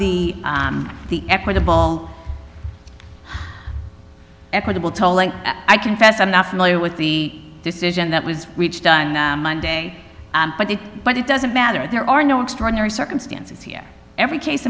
the the equitable equitable tolling i confess i'm not familiar with the decision that was reached monday but it but it doesn't matter there are no extraordinary circumstances here every case